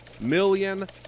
million